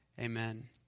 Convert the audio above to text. Amen